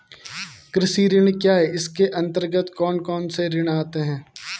कृषि ऋण क्या है इसके अन्तर्गत कौन कौनसे ऋण आते हैं?